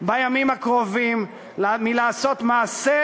על שוויון מגדרי,